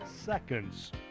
seconds